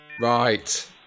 Right